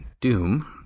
Doom